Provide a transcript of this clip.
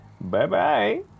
Bye-bye